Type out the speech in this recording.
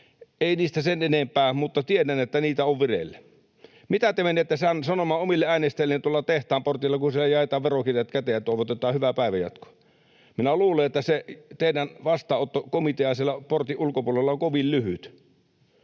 ei niistä sen enempää. Mutta tiedän, että niitä on vireillä. Mitä te menette sanomaan omille äänestäjillenne tuolla tehtaan portilla, kun siellä jaetaan verokirjat käteen ja toivotetaan hyvää päivänjatkoa? Minä luulen, että se teidän vastaanottokomitea siellä portin ulkopuolella on kovin lyhyt.